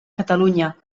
catalunya